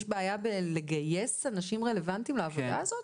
יש בעיה בלגייס אנשים רלוונטיים לעבודה הזאת?